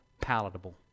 palatable